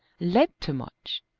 led to much,